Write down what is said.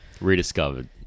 Rediscovered